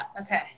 Okay